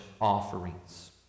offerings